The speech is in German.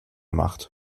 macht